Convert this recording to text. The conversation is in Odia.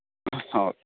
ହଁ